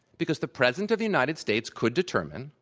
because the president of the united states could determine,